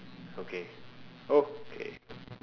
okay okay